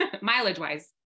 mileage-wise